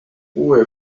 uue